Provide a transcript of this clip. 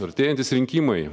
artėjantys rinkimai